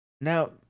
Now